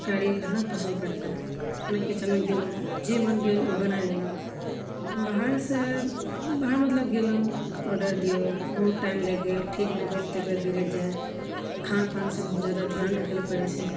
कार्य करना पसन्द पड़ता है अपना किचनमे गेलहुँ जे मनमे भेल ओ बना लेलहुँ बाहरसँ बाहर मतलब गेलहुँ ऑर्डर दियौ बहुत टाइम लागि गेल ठीक नहि भेल तबियत बिगड़ि जाइत खान पान सब पर बहुत जादा ध्यान राखे लऽ पड़ै छै